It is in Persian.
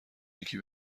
یکی